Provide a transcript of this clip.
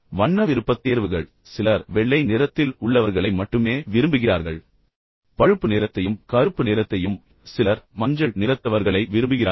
வண்ண விருப்பத்தேர்வுகள் சிலர் வெள்ளை நிறத்தில் உள்ளவர்களை மட்டுமே விரும்புகிறார்கள் சில பழுப்பு நிறத்தைப் போலவும் சில கருப்பு நிறத்தைப் போலவும் சில மஞ்சள் நிறத்தில் இருப்பவர்களை விரும்புகிறார்கள்